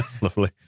Lovely